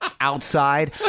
outside